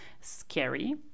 scary